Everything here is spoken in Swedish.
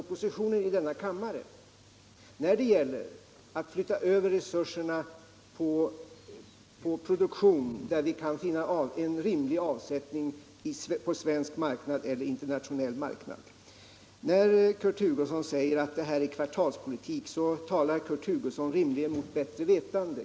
oppositionen i kammaren, när det gäller att flytta över resurserna på produktion som vi kan finna en rimlig avsättning för på svensk eller internationell marknad. När Kurt Hugosson säger att det här är kvartalspolitik, måste han tala mot bättre vetande.